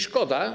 Szkoda.